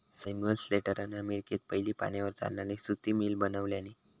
Samuel स्लेटरान अमेरिकेत पयली पाण्यार चालणारी सुती मिल बनवल्यानी